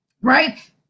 Right